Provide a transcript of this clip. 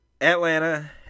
Atlanta